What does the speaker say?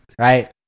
right